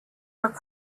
are